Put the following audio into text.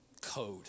code